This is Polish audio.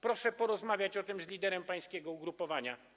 Proszę porozmawiać o tym z liderem pańskiego ugrupowania.